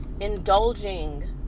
indulging